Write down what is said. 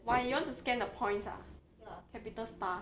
why you want to scan the points ah Capitastar